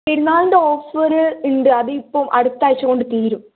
പെരുന്നാളിന്റെ ഓഫർ ഉണ്ട് അത് ഇപ്പോൾ അടുത്താഴ്ച്ച കൊണ്ട് തീരും